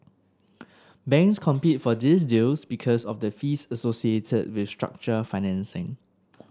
banks compete for these deals because of the fees associated with structured financing